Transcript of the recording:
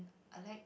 I like